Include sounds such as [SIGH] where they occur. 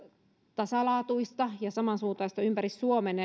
tasalaatuista ja samansuuntaista ympäri suomen [UNINTELLIGIBLE]